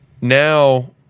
now